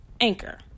Anchor